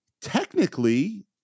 technically